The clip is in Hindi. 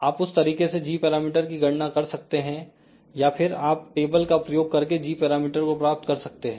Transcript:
आप उस तरीके से g पैरामीटर की गणना कर सकते हैं या फिर आप टेबल का प्रयोग करके g पैरामीटर को प्राप्त कर सकते हैं